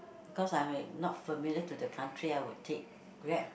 because I'm not familiar to the country I will take Grab